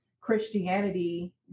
Christianity